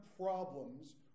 problems